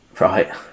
right